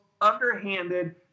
underhanded